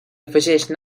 afegeix